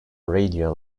radio